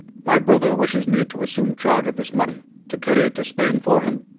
my brother wishes me to assume charge of this money, to carry it to spain for him?